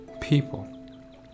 people